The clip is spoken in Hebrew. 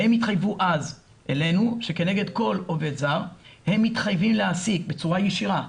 והם התחייבו אז אלינו שכנגד כל עובד זר הם מתחייבים להעסיק בצורה ישירה,